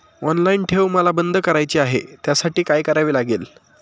Online ठेव मला बंद करायची आहे, त्यासाठी काय करावे लागेल?